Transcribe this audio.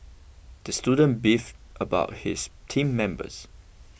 the student beef about his team members